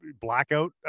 blackout